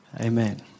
Amen